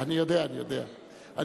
אני יודע, אני יודע.